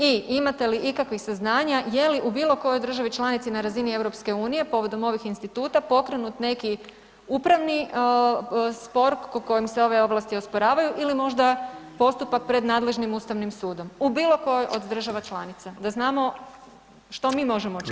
I imate li ikakvih saznanja je li u bilo kojoj državi članici na razini EU povodom ovih instituta pokrenut neki upravni spor po kojem se ove ovlasti osporavaju ili možda postupak pred nadležnim ustavnim sudom u bilo kojoj od država članica da znamo što mi možemo učiniti?